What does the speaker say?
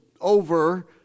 over